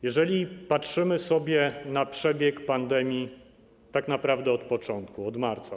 Jeżeli patrzymy na przebieg pandemii tak naprawdę od początku, od marca.